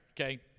okay